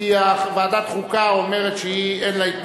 לוועדת הכנסת, אין לי שום בעיה.